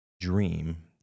dream